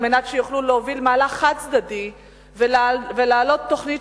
על מנת שיוכלו להוביל מהלך חד-צדדי ולהעלות תוכנית